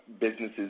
businesses